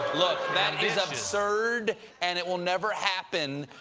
look that is absurd and it will never happen.